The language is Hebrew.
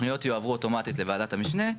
התוכניות יועברו אוטומטית לוועדת המשנה,